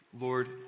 Lord